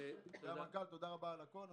אדוני המנכ"ל, תודה רבה על הכול.